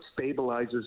stabilizes